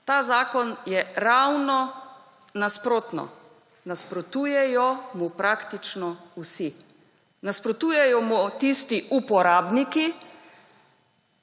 Ta zakon je ravno nasprotno - nasprotujejo mu praktično vsi. Nasprotujejo mu tisti uporabniki,